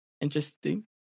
Interesting